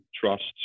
trusts